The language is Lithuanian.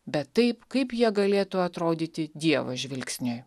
bet taip kaip jie galėtų atrodyti dievo žvilgsniui